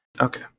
Okay